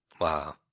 Wow